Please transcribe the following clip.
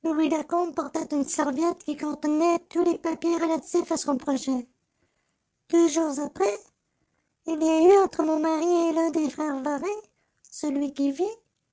une serviette qui contenait tous les papiers relatifs à son projet deux jours après il y a eu entre mon mari et l'un des frères varin celui qui vit